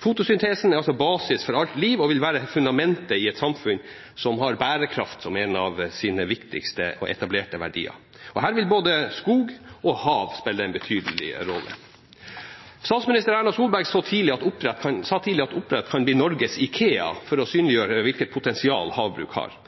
Fotosyntesen er basis for alt liv og vil være fundamentet i et samfunn som har bærekraft som en av sine viktigste og etablerte verdier. Her vil både skog og hav spille en betydelig rolle. Statsminister Erna Solberg sa tidlig at oppdrett kan bli Norges IKEA, for å synliggjøre hvilket potensial havbruk har.